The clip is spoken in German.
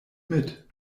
mit